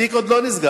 התיק עוד לא נסגר,